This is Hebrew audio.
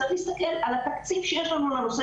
צריך להסתכל על התקציב שיש לנו לנושא